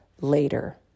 later